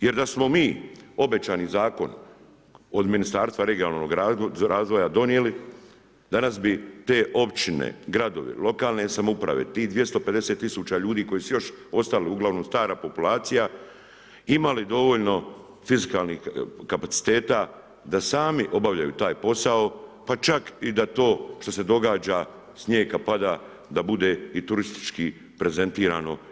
Jer da smo mi obećani Zakon od Ministarstva regionalnog razvoja donijeli, danas bi te općine, gradovi, lokalne samouprave, tih 250 tisuća ljudi koji su još ostali, uglavnom stara populacija imali dovoljno kapaciteta da sami obavljaju taj posao, pa čak i da to što se događa snijeg kad pada, da bude i turistički prezentirano.